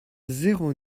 zéro